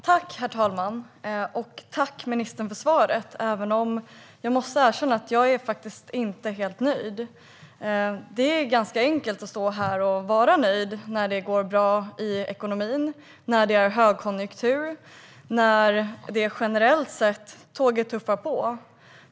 Herr talman! Tack, ministern, för svaret - även om jag måste erkänna att jag faktiskt inte är helt nöjd. Det är ganska enkelt att stå här och vara nöjd när det går bra i ekonomin, det är högkonjunktur och tåget generellt sett tuffar på.